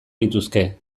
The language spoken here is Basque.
lituzke